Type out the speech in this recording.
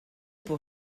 pour